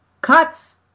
cuts